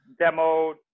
demoed